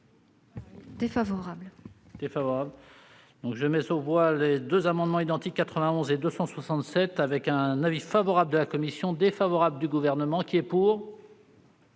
Défavorable.